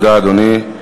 תודה, אדוני.